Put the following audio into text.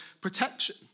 protection